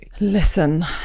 Listen